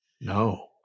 No